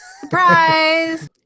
Surprise